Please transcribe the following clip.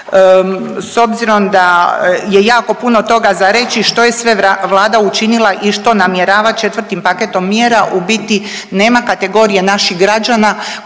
S obzirom da je jako puno toga za reći što je sve Vlada učinila i što namjerava četvrtim paketom mjera u biti nema kategorije naših građana